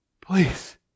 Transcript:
please